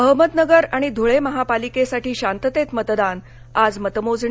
अहम दनगर आणि धुळे महापालिकेसाठी शांततेत मतदान आज मतमोजणी